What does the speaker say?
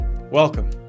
Welcome